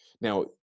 Now